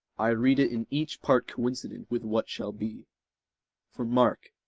i read it in each part coincident, with what shall be for mark,